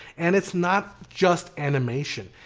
and it's not just animation.